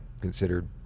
considered